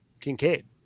Kincaid